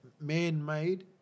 man-made